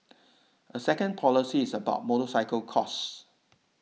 a second policy is about motorcycle costs